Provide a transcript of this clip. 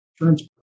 insurance